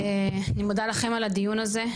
אני מודה לכם על הדיון הזה,